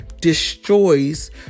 destroys